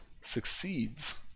succeeds